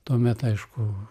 tuomet aišku